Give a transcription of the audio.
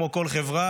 כמו כל חברה,